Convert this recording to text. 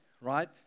right